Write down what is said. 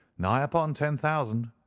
nigh upon ten thousand,